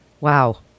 Wow